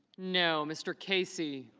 no. mr. casey